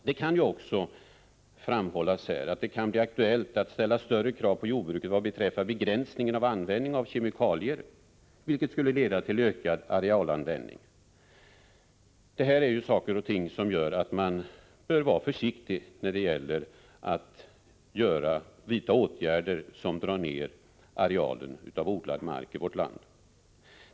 Det kan också framhållas att det kan bli aktuellt att ställa större krav på jordbruket vad beträffar begränsningen av användning av kemikalier, vilket skulle leda till ökad arealanvändnipg. Det är sådant som gör att man bör vara försiktig när det gäller att vidta åtgärder som drar ner arealen odlingsbar mark i vårt land.